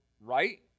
Right